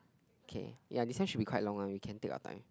K ya this one should be quite long one we can take our time